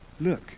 Look